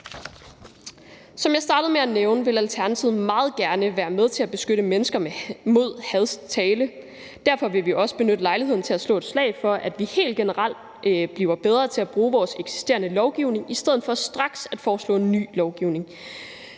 Som jeg startede med at nævne, vil Alternativet meget gerne være med til at beskytte mennesker mod hadsk tale. Derfor vil vi også benytte lejligheden til at slå et slag for, at vi helt generelt bliver bedre til at bruge vores eksisterende lovgivning i stedet for straks at foreslå ny lovgivning.